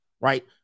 right